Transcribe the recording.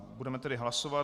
Budeme tedy hlasovat.